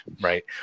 right